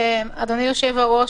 אדוני היושב-ראש.